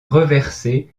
reversée